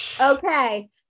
okay